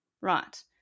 right